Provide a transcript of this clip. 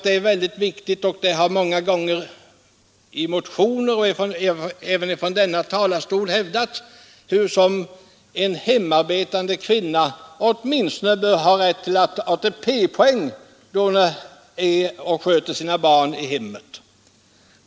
Det har många gånger i motioner och även från denna talarstol hävdats att en hemarbetande kvinna åtminstone bör ha rätt till ATP-poäng, då hon sköter sina barn i hemmet.